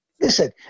Listen